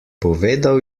povedal